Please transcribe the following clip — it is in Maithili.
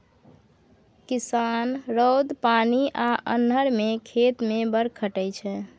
किसान रौद, पानि आ अन्हर मे खेत मे बड़ खटय छै